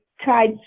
tried